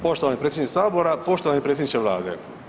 Poštovani predsjedniče sabora, poštovani predsjedniče Vlade